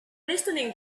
listening